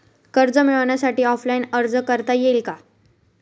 कर्ज मिळण्यासाठी ऑफलाईन अर्ज करता येईल का?